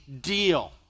deal